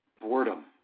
boredom